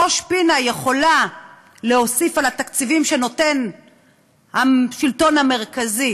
ראש-פינה יכולה להוסיף על התקציבים שנותן השלטון המרכזי